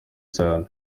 cyane